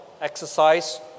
exercise